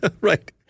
right